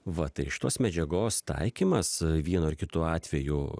va tai iš tos medžiagos taikymas vienu ar kitu atveju